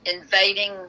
invading